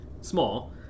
Small